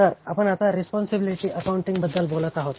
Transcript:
तर आपण आता रिस्पोन्सिबिलीटी अकाउंटींगबद्दल बोलत आहोत